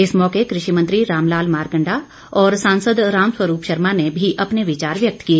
इस मौके कृषि मंत्री रामलाल मारकंडा और सांसद रामस्वरूप शर्मा ने भी अपने विचार व्यक्त किए